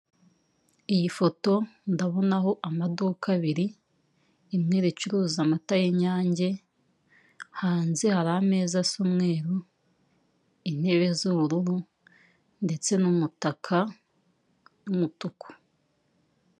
Iyi foto ndabonaho amaduka abiri rimwe ricuruza amata y'iyange hanze hari ameza asa umweru intebe z'ubururu ndetse n'umutaka w'umutuku.